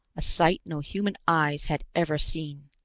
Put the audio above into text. a sight no human eyes had ever seen.